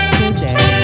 today